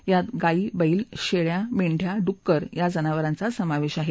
यात गायी बैल शेळ्या मेंद्या डुक्कर या जनावरांचा समावेश आहे